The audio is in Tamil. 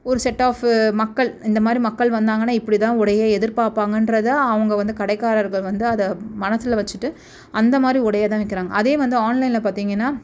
ஒரு செட் ஆஃபு மக்கள் இந்தமாதிரி மக்கள் வந்தாங்கன்னால் இப்படிதான் உடையை எதிர்பார்ப்பாங்கன்றத அவங்க வந்து கடைக்காரர்கள் வந்து அதை மனசில் வச்சுட்டு அந்தமாதிரி உடையை தான் விற்கிறாங்க அதே வந்து ஆன்லைனில் பார்த்தீங்கன்னா